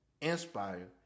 inspire